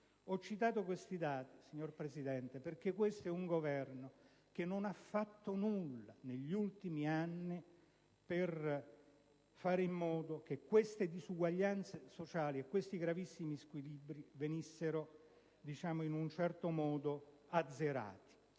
Ho citato questi dati, signor Presidente, perché questo è un Governo che non ha fatto nulla negli ultimi anni per fare in modo che queste disuguaglianze sociali e questi gravissimi squilibri venissero in un certo modo azzerati,